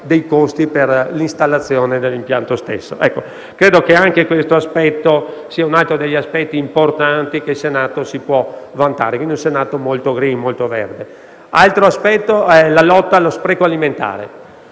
altro aspetto è la lotta allo spreco alimentare.